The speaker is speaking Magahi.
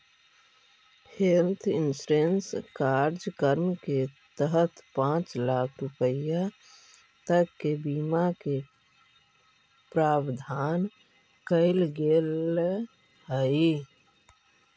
हेल्थ इंश्योरेंस कार्यक्रम के तहत पांच लाख रुपया तक के बीमा के प्रावधान कैल गेल हइ